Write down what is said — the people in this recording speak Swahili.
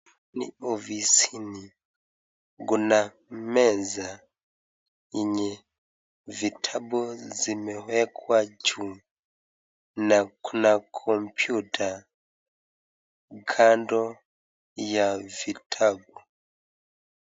Ni ofisini. Kuna meza inye vitabu zimewekwa juu. Na kuna kompyuta kando ya vitabu.